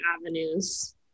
avenues